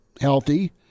healthy